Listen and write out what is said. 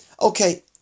Okay